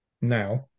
now